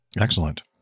Excellent